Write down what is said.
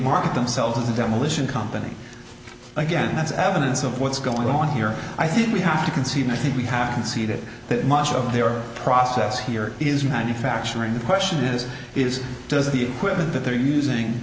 market themselves a demolition company again that's evidence of what's going on here i think we have to concede i think we have conceded that much of their process here is manufacturing the question is is does the equipment that they're using